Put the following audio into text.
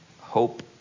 hope